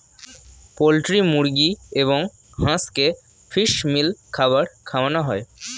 poultry মুরগি এবং হাঁসকে ফিশ মিল খাবার খাওয়ানো হয়